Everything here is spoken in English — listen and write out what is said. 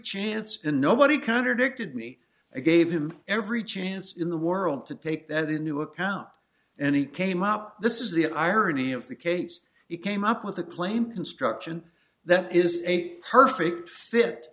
chance and nobody contradicted me i gave him every chance in the world to take that into account and he came up this is the irony of the case you came up with a claim construction that is a perfect fit